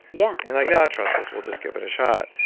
yeah and like, no, trust us we'll just give it a shot.